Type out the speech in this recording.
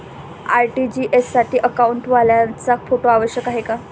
RTGS साठी अकाउंटवाल्याचा photo आवश्यक आहे का?